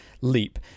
leap